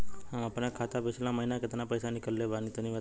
हम आपन खाता से पिछला महीना केतना पईसा निकलने बानि तनि बताईं?